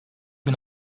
bin